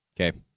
Okay